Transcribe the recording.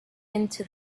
into